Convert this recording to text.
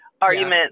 argument